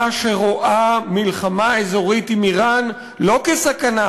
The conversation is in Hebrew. שרואה מלחמה אזורית עם איראן לא כסכנה,